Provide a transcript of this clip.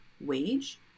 wage